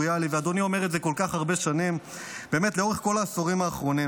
ואדוני אומר את זה כל כך הרבה שנים לאורך כל העשורים האחרונים.